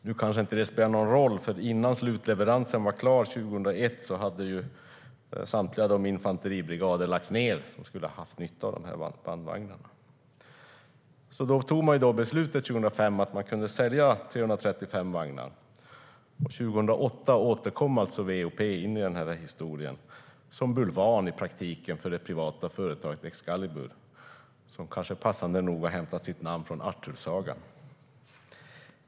Nu kanske det inte spelar någon roll eftersom innan slutleveransen var klar 2001 hade samtliga infanteribrigader som skulle ha haft nytta av bandvagnarna lagts ned. År 2005 fattades beslutet att sälja 335 vagnar. År 2008 återkom alltså VOP in i historien, i praktiken som bulvan för det privata företaget Excalibur - som passande nog har hämtat sitt namn från Artursagan.